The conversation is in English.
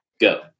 go